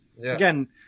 again